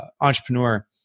entrepreneur